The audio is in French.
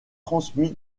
transmis